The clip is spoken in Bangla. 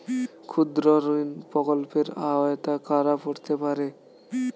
ক্ষুদ্রঋণ প্রকল্পের আওতায় কারা পড়তে পারে?